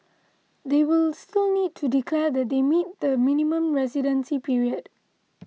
they will still need to declare that they meet the minimum residency period